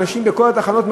אנשים בכל התחנות,